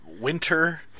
winter